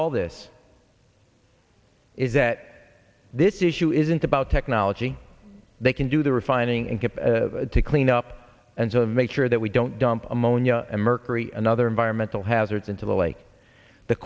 all this is that this issue isn't about technology they can do the refining and get to cleanup and so make sure that we don't dump ammonia and mercury another environmental hazards into the lake the